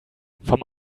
vom